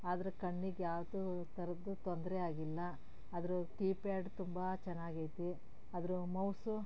ಆದ್ರೆ ಕಣ್ಣಿಗೆ ಯಾವ್ದೇ ಥರದ್ದು ತೊಂದರೆ ಆಗಿಲ್ಲ ಅದ್ರ ಕೀಪ್ಯಾಡ್ ತುಂಬ ಚೆನ್ನಾಗಿ ಐತಿ ಅದ್ರ ಮೌಸು